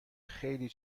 خیلی